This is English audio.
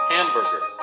Hamburger